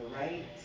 right